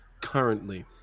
currently